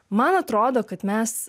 man atrodo kad mes